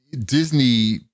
Disney